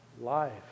life